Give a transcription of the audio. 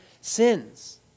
sins